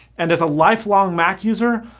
and as a life-long mac user,